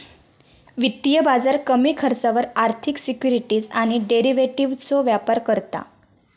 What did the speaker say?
वित्तीय बाजार कमी खर्चावर आर्थिक सिक्युरिटीज आणि डेरिव्हेटिवजचो व्यापार करता